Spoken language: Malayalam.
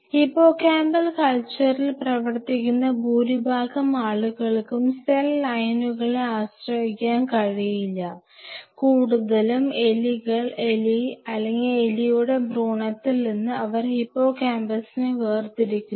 ഹിപ്പോകാമ്പൽ കൾച്ചറിൽ പ്രവർത്തിക്കുന്ന ഭൂരിഭാഗം ആളുകൾക്കും സെൽ ലൈനുകളെ ആശ്രയിക്കാൻ കഴിയില്ല കൂടുതലും എലി അല്ലെങ്കിൽ എലികളുടെ ഭ്രൂണത്തിൽ നിന്ന് അവർ ഹിപ്പോകാമ്പസിനെ വേർതിരിക്കുന്നു